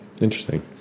Interesting